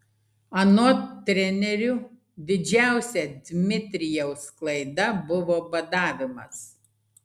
anot trenerių didžiausia dmitrijaus klaida buvo badavimas